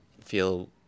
feel